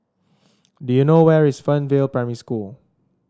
do you know where is Fernvale Primary School